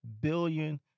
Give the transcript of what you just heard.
billion